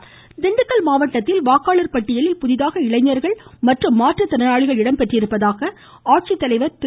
வாக்காளர் தினம் திண்டுக்கல் திண்டுக்கல் மாவட்டத்தில் வாக்காளர் பட்டியலில் புதிதாக இளைஞர்கள் மற்றும் மாற்றுத்திறனாளிகள் இடம்பெற்றிருப்பதாக ஆட்சித்தலைவர் திரு